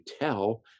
tell